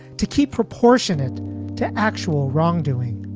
to keep proportionate to actual wrongdoing.